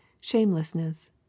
shamelessness